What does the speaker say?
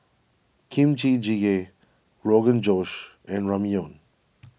Kimchi Jjigae Rogan Josh and Ramyeon